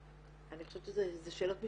אני חושבת שאלה שאלות משפטיות,